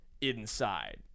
inside